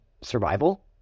survival